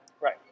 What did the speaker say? Right